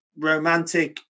romantic